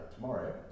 tomorrow